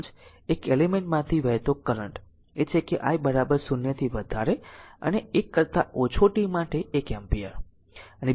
5 એક એલિમેન્ટ માંથી વહેતો કરંટ એ છે કે i 0 થી વધારે અને 1 કરતા ઓછો t માટે એક એમ્પીયર